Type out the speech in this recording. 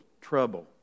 trouble